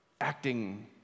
acting